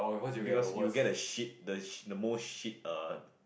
give us you will get the shit the the most shit err